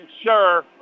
sure